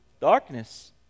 Darkness